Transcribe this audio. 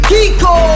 Kiko